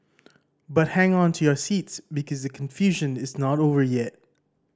but hang on to your seats because the confusion is not over yet